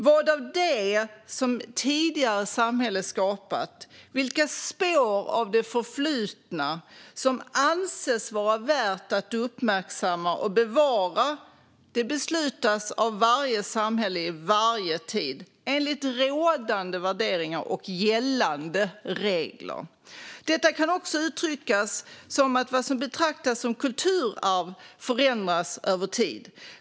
Vad av det som tidigare samhällen skapat och vilka spår av det förflutna som anses vara värt att uppmärksamma och bevara beslutas av varje samhälle i varje tid enligt rådande värderingar och gällande regler. Detta kan också uttryckas som att vad som betraktas som kulturarv förändras över tid.